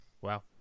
wow